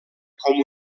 com